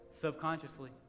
subconsciously